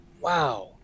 Wow